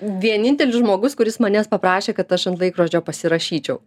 vienintelis žmogus kuris manęs paprašė kad aš ant laikrodžio pasirašyčiau